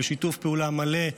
שיתוף פעולה מלא,